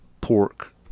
pork